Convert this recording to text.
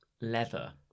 leather